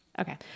Okay